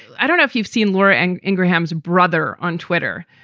i don't know if you've seen laura and ingraham's brother on twitter,